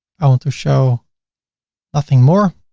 i want to show nothing more.